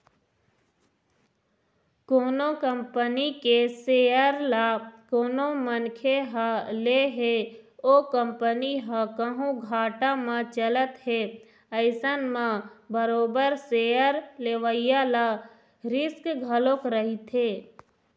कोनो कंपनी के सेयर ल कोनो मनखे ह ले हे ओ कंपनी ह कहूँ घाटा म चलत हे अइसन म बरोबर सेयर लेवइया ल रिस्क घलोक रहिथे